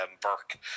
burke